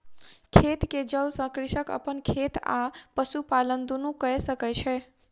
खेत के जल सॅ कृषक अपन खेत आ पशुपालन दुनू कय सकै छै